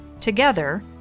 Together